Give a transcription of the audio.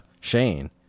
shane